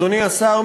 אדוני השר,